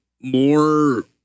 more